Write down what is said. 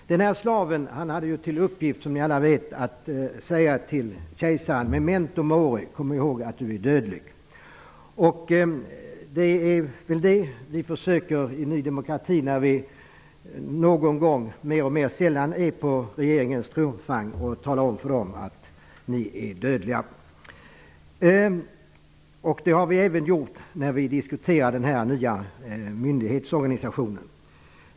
Den slaven hade till uppgift, som ni alla vet, att säga ''memento mori'' till kejsaren, dvs. kom ihåg att du är dödlig. Det är det som vi i Ny demokrati också försöker säga, när vi någon gång -- nu mer och mer sällan -- är med på regeringens triumfvagn: Kom ihåg att ni är dödliga! Det har vi även gjort när vi har diskuterat den nya myndighetsorganisationen.